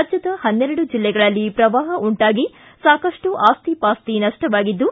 ರಾಜ್ಯದ ಪನ್ನೆರಡು ಜಿಲ್ಲೆಗಳಲ್ಲಿ ಪ್ರವಾಹ ಉಂಟಾಗಿ ಸಾಕಷ್ಟು ಆಸ್ತಿ ಪಾಸ್ತಿ ನಷ್ಟವಾಗಿದ್ದು